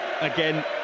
again